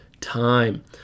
time